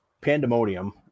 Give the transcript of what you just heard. pandemonium